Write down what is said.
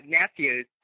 nephews